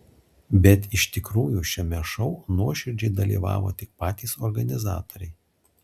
bet iš tikrųjų šiame šou nuoširdžiai dalyvavo tik patys organizatoriai